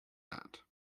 that